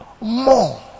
more